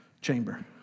chamber